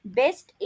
best